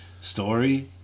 story